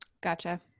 Gotcha